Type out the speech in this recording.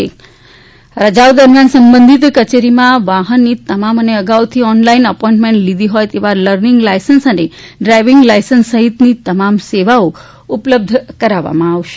આ રજાઓ દરમિયાન સંબંધિત કચેરીમાં વાહનની તમામ અને અગાઉથી ઓન લાઇન એપોઇનમેન્ટ લીધી હોય તેવા લર્નીંગ લાયસન્સ અને ડ્રાયવીંગ લાયસન્સ સહિતની તમામ સેવાઓ આ દરમિયાન ઉપલબ્ધ કરાવવામાં આવશે